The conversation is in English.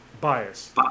bias